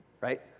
right